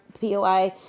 poi